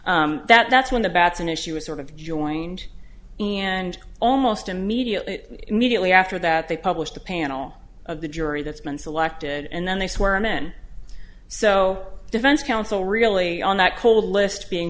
that's when the batson issue is sort of joined and almost immediately immediately after that they publish the panel of the jury that's been selected and then they swear men so defense counsel really on that cold list being